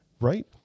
Right